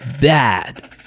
bad